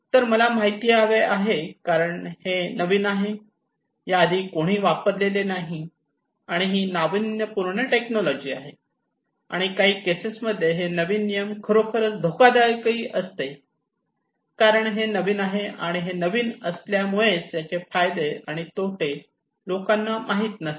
तर मला माहिती हवी आहे कारण हे नवीन आहे याआधी कोणीही हे वापरलेले नाही ही नावीन्यपूर्ण टेक्नॉलॉजी आहे आणि काही केसेस मध्ये हे नवीन नियम खरोखर धोकादायकही असते कारण हे नवीन आहे आणि हे नवीन असल्यामुळे याचे फायदे आणि तोटे लोकांना माहीत नसतात